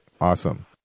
Awesome